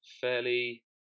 fairly